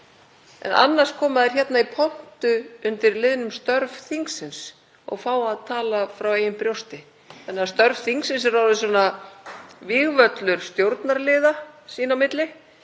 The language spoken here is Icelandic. En annars koma þeir hingað í pontu undir liðnum störf þingsins og fá að tala frá eigin brjósti. Þannig að störf þingsins eru orðin svona vígvöllur stjórnarliða sín á milli